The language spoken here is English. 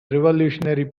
revolutionary